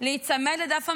להיצמד לדף המסרים,